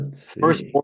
First